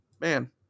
man